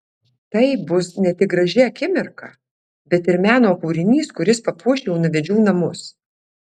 tai bus ne tik graži akimirka bet ir meno kūrinys kuris papuoš jaunavedžių namus